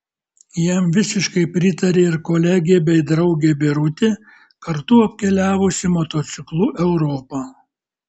jam visiškai pritarė ir kolegė bei draugė birutė kartu apkeliavusi motociklu europą